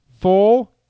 Full